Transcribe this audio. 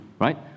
right